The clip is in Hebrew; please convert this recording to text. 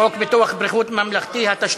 ביטוח בריאות ממלכתי (תיקון מס'